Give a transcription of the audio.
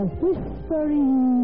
whispering